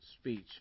Speech